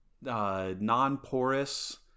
non-porous